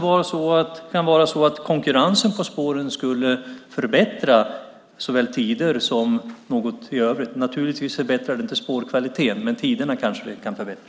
Kanske skulle konkurrensen på spåren förbättra såväl tider som annat. Naturligtvis skulle det inte förbättra spårkvaliteten, men tiderna kunde det kanske förbättra.